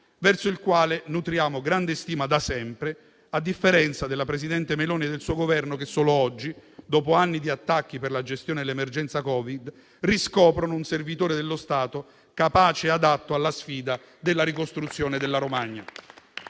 verso il quale nutriamo grande stima da sempre, a differenza della presidente Meloni e del suo Governo, che solo oggi, dopo anni di attacchi per la gestione dell'emergenza Covid, riscoprono un servitore dello Stato, capace e adatto alla sfida della ricostruzione della Romagna.